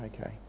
Okay